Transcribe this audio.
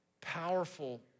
powerful